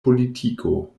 politiko